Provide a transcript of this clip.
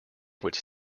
which